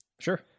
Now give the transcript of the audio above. Sure